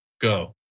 Go